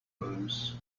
terms